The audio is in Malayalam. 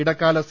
ഇടക്കാല സി